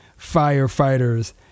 firefighters